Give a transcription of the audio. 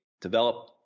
develop